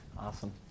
Awesome